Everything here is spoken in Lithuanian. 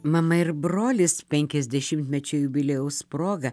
mama ir brolis penkiasdešimtmečio jubiliejaus proga